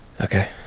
Okay